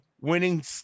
winning